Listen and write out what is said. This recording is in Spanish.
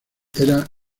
era